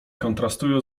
kontrastują